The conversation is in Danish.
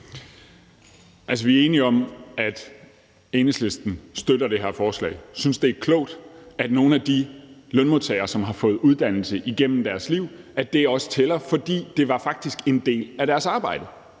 vi er enige om, at Enhedslisten støtter det her forslag; at de synes, at det er klogt, at det også tæller, at nogle lønmodtagere har fået uddannelse igennem deres liv, for det var faktisk en del af deres arbejde